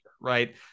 right